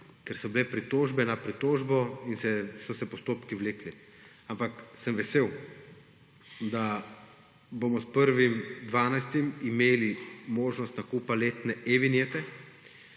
ker so bile pritožbe na pritožbo in so se postopki vlekli. Ampak sem vesel, da bomo s 1. 12. imeli možnost nakupa letne e-vinjete,